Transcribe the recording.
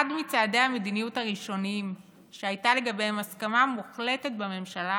אחד מצעדי המדיניות הראשונים שהייתה לגביהם הסכמה מוחלטת בממשלה